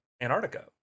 antarctica